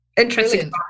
Interesting